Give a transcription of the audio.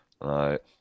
Right